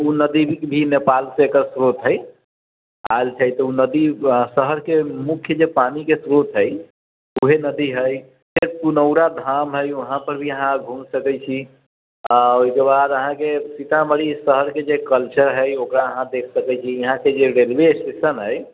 ओ नदी भी नेपाल सँ एकर स्रोत है आयल छै तऽ ओ नदी शहर के मुख्य जे पानी के स्रोत है ऊहे नदी है पुनौरा धाम है वहाँपर भी अहाँ घूम सकै छी आ ओहिकेबाद अहाँके सीतामढ़ी शहर के जे कल्चर है ओकरा अहाँ देख सकै छी यहाँके रेलवे स्टेशन है